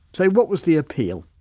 so what was the appeal?